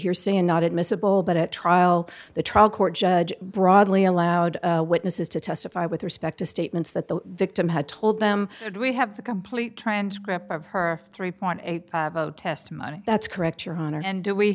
hearsay and not admissible but at trial the trial court judge broadly allowed witnesses to testify with respect to statements that the victim had told them we have the complete transcript of her three point eight testimony that's correct your honor and do we